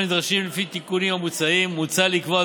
הנדרשים לפי התיקונים המוצעים מוצע לקבוע,